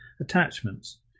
attachments